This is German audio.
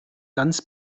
ganz